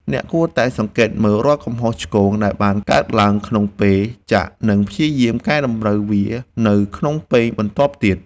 អ្នកគួរតែសង្កេតមើលរាល់កំហុសឆ្គងដែលបានកើតឡើងក្នុងពេលចាក់ និងព្យាយាមកែតម្រូវវានៅក្នុងពែងបន្ទាប់ទៀត។